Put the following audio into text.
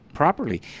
properly